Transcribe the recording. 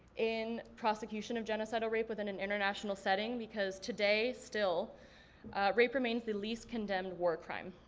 in prosecution of genocidal rape within an international setting because today still rape remains the least condemned war crime.